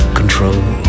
control